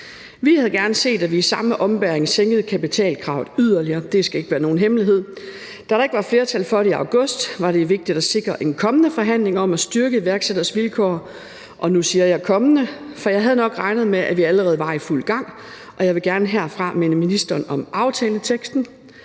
Vi havde gerne set, at vi i samme ombæring sænkede kapitalkravet yderligere – det skal ikke være nogen hemmelighed. Da der ikke var flertal for det i august, var det vigtigt at sikre en kommende forhandling om at styrke iværksætternes vilkår. Og nu siger jeg kommende, for jeg havde nok regnet med, at vi allerede var i fuld gang, og jeg vil gerne herfra minde ministeren om aftaleteksten: